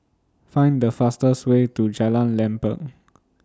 Find The fastest Way to Jalan Lempeng